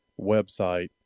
website